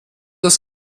das